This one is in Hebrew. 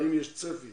האם יש צפי